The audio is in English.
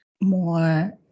more